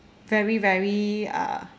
very very uh